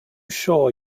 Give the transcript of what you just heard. sure